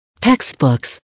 textbooks